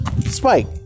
spike